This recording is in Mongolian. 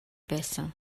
байсан